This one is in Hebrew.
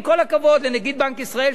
עם כל הכבוד לנגיד בנק ישראל,